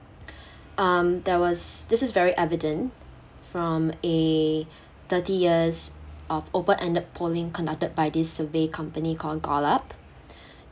um there was this is very evident from a thirty years of open-ended polling conducted by this survey company called Gallup